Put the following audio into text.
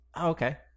okay